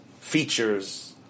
features